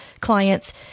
clients